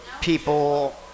people